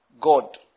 God